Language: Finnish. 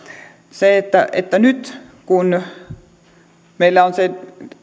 se että että nyt kun meillä on se